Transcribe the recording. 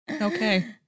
Okay